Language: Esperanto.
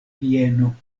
vieno